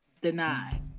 deny